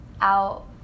out